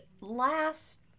last